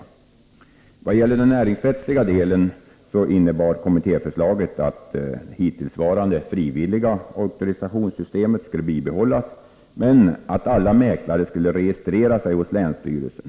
I vad gäller den näringsrättsliga delen innebar kommittéförslaget att det hittillsvarande frivilliga auktorisationssystemet skulle bibehållas, men att alla mäklare skulle registrera sig hos länsstyrelsen.